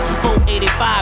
485